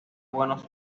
buenos